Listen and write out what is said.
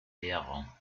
lehrer